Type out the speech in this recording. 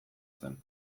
zen